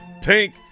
Tank